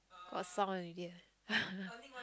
got song already eh